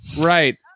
Right